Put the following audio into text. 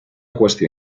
qüestió